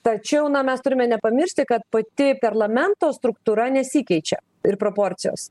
tačiau mes turime nepamiršti kad pati perlamento struktūra nesikeičia ir proporcijos